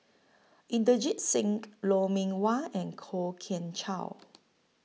Inderjit Singh Lou Mee Wah and Kwok Kian Chow